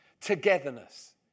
togetherness